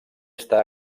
està